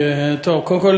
קודם כול